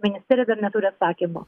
ministerija dar neturi atsakymo